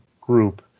group